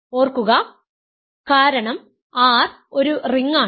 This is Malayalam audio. ഓർക്കുക കാരണം R ഒരു റിംഗാണ്